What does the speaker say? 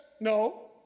No